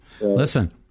Listen